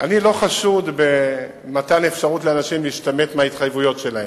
אני לא חשוד במתן אפשרות לאנשים להשתמט מההתחייבויות שלהם.